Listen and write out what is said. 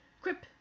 Crip